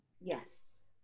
Yes